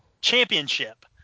championship